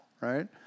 right